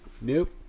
Nope